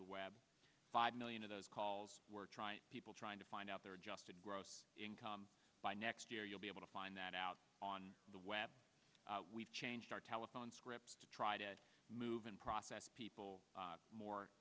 the web five million of those calls were people trying to find out their adjusted gross income by next year you'll be able to find that out on the web we've changed our telephone scripts to try to move and process people more